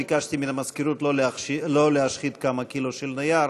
ביקשתי מן המזכירות לא להשחית כמה קילו של נייר